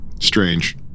Strange